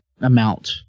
amount